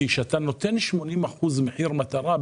כשאתה נותן 80 אחוזים מחיר מטרה,